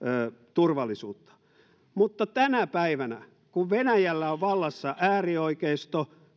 turvallisuutta mutta tänä päivänä kun venäjällä on vallassa äärioikeisto